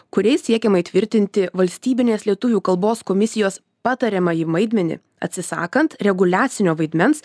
kuriais siekiama įtvirtinti valstybinės lietuvių kalbos komisijos patariamąjį vaidmenį atsisakant reguliacinio vaidmens